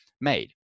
made